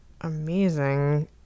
amazing